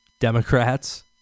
Democrats